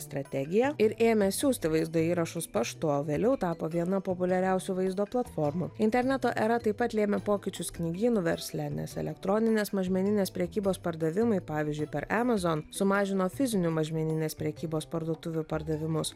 strategiją ir ėmė siųsti vaizdo įrašus paštu o vėliau tapo viena populiariausių vaizdo platformų interneto era taip pat lėmė pokyčius knygynų versle nes elektroninės mažmeninės prekybos pardavimai pavyzdžiui per amazon sumažino fizinių mažmeninės prekybos parduotuvių pardavimus